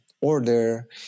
order